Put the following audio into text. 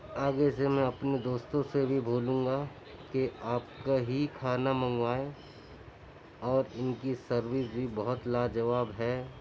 آگے سے میں اپنے دوستوں سے بھی بولوں گا کہ آپ کا ہی کھانا منگوائیں اور ان کی سروس بھی بہت لا جواب ہے